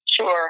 Sure